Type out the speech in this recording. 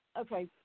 okay